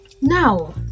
Now